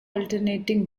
alternating